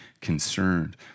concerned